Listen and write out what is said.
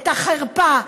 את החרפה,